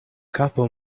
kapo